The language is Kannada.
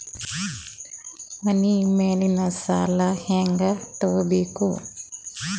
ಮನಿ ಮೇಲಿನ ಸಾಲ ಹ್ಯಾಂಗ್ ತಗೋಬೇಕು?